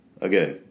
Again